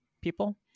people